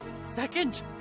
Second